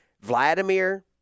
Vladimir